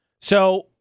So-